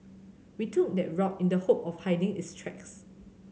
we took that route in the hope of hiding his tracks